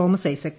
Thomas Isaac